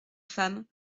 femme